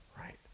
Right